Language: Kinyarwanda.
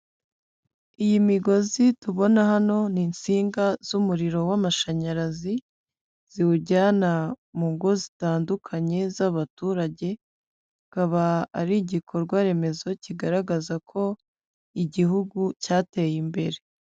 Iyi migozi tubona hano ni insinga z'umuriro w'amashanyarazi, ziwujyana mu ngo zitandukanye z'abaturage, bikaba ari igikorwaremezo kigaragaza ko igihugu cyateye imbere.